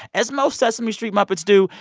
as most sesame street muppets do,